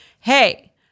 Hey